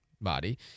body